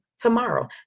tomorrow